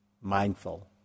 mindful